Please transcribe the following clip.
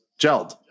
gelled